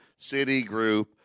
Citigroup